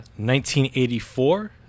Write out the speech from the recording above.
1984